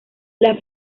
las